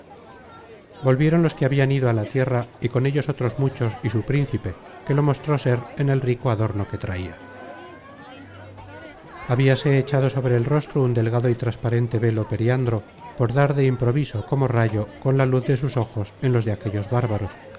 volvieron los que habian ido á la tierra y con ellos otros muchos y su principe que lo mostró ser en el rico adorno que traia habíase echado sobre el rostro un delgado y trasparente velo periandro por dar de improviso como rayo con la luz de sus ojos en los de aquellos bárbaros